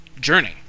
journey